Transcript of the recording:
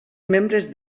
membres